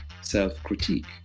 self-critique